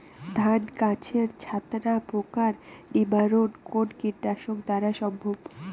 ধান গাছের ছাতনা পোকার নিবারণ কোন কীটনাশক দ্বারা সম্ভব?